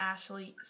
Ashley